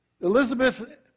Elizabeth